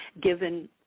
given